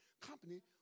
company